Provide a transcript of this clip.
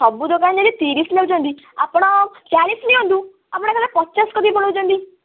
ସବୁ ଦୋକାନରେ ଯଦି ତିରିଶ ନେଉଛନ୍ତି ଆପଣ ଚାଳିଶ ନିଅନ୍ତୁ ଆପଣ ଏକାଥରେ ପଚାଶ କରିକି ପଳଉଛନ୍ତି